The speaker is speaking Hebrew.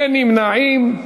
אין נמנעים.